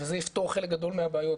וזה יפתור חלק גדול מהבעיות.